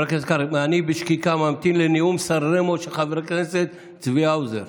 אני ממתין בשקיקה לנאום סן רמו של חבר הכנסת צבי האוזר.